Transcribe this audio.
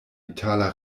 itala